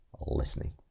listening